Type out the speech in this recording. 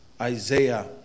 Isaiah